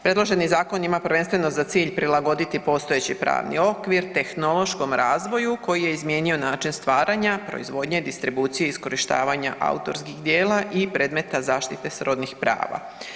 Predloženi zakon imam prvenstveno za cilj prilagoditi postojeći pravni okvir tehnološkom razvoju koji je izmijenio način stvaranja, proizvodnje, distribucije, iskorištavanja autorskih djela i predmetne zaštite srodnih prava.